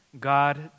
God